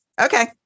Okay